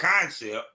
concept